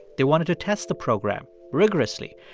they wanted to test the program rigorously.